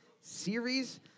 series